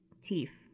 teeth